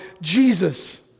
Jesus